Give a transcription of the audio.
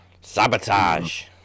sabotage